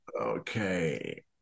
okay